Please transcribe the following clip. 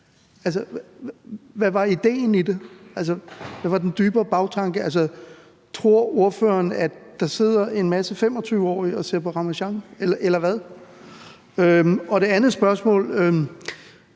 Hvad var idéen i det? Hvad var den dybere bagtanke? Tror ordføreren, at der sidder en masse 25-årige og ser Ramasjang, eller hvad? Mit andet spørgsmål